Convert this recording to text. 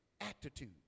attitude